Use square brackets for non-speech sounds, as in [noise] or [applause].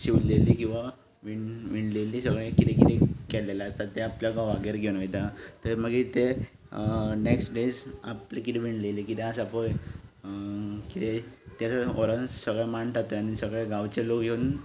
शिंवलेली किंवां [unintelligible] विणलेली सगळें कितें कितें केलेलें आसता तें आपल्या घोवागेर घेवन वयता थंय मागीर तें नेक्स्ट डे आपलें कितें विणलेली कितें आसा पय कितें तें सगळें व्हरून सगळें मांडटा थंय आनी सगळे गांवचे लोक येवन